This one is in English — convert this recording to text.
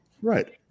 Right